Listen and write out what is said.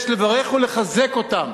יש לברך ולחזק אותם